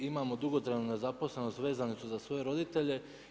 Imamo dugotrajnu nezaposlenost, vezani su za svoje roditelje.